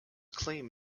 claim